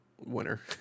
winner